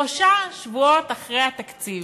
שלושה שבועות אחרי התקציב.